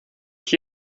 ich